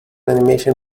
animation